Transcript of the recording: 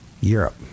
Europe